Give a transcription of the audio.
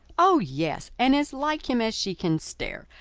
oh, yes and as like him as she can stare.